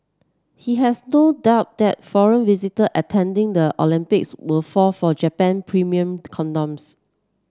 he has no doubt that foreign visitor attending the Olympics will fall for Japan premium condoms